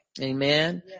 Amen